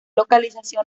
localización